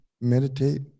meditate